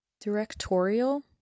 directorial